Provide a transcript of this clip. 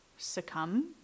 succumb